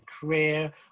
career